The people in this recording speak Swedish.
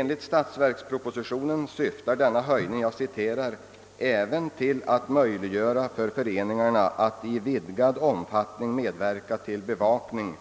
Enligt statsverkspropositionen syftar denna höjning »även till att möjliggöra för föreningarna att i vidgad omfattning medverka till bevakning